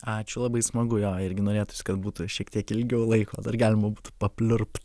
ačiū labai smagu jo irgi norėtųsi kad būtų šiek tiek ilgiau laiko dar galima būtų papliurpt